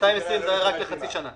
220 זה רק לחצי שנה.